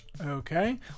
Okay